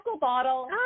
bottle